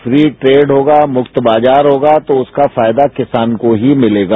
free trade होगा मुक्त बाजार होगा तो उसका फायदा किसान को ही मिलेगा